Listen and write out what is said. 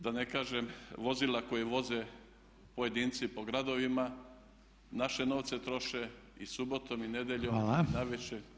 Da ne kažem vozila koje voze pojedinci po gradovima naše novce troše i subotom i nedjeljom i navečer.